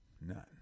none